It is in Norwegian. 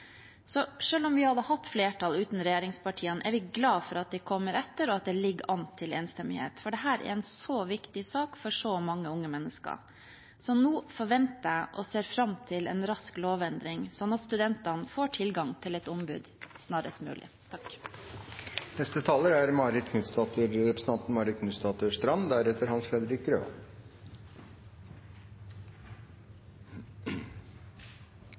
om vi hadde hatt flertall uten regjeringspartiene, er vi glade for at de kommer etter, og at det ligger an til enstemmighet, for dette er en så viktig sak for så mange unge mennesker. Nå forventer jeg og ser fram til en rask lovendring, slik at studentene får tilgang til et ombud snarest mulig.